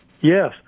Yes